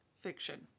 Fiction